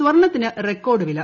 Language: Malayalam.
സ്വർണ്ണത്തിന് റെക്കോർഡ് വില